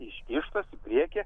iškištos į priekį